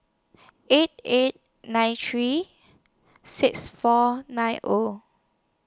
eight eight nine three six four nine O